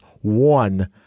one